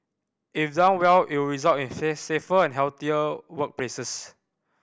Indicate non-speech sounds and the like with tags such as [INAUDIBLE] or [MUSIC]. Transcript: if done well it would result in [UNINTELLIGIBLE] safer and healthier workplaces